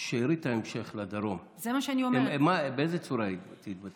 שארית ההמשך לדרום, באיזו צורה היא תתבצע?